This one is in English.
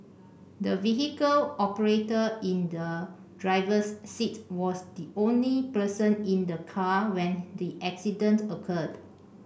the vehicle operator in the driver's seat was the only person in the car when the accident occurred